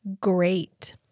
great